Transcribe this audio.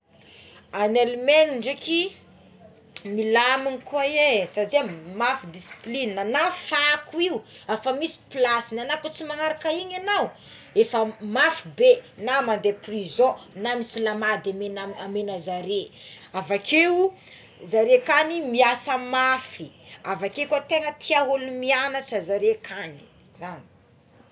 Any Alemagne ndreky milamigna koa eké satria mafy displinina na fako io afa misy plasigny ana ko tsy manaraka igny anao efa mafy be na mande prison na misy lamandy amenazaré avakeo zaré akagny miasa mafy avakeo koa tegna tia olo mianatra zare akagny zany.